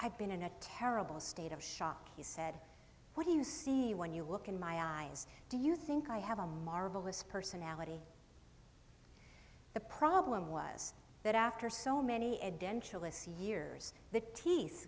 i've been in a terrible state of shock he said what do you see when you look in my eyes do you think i have a marvelous personality the problem was that after so many